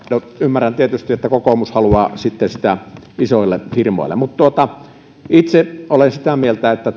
no ymmärrän tietysti että kokoomus haluaa sitten sitä isoille firmoille itse olen sitä mieltä että